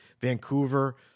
Vancouver